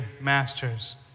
Masters